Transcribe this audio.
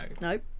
Nope